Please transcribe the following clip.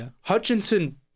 Hutchinson